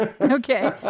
Okay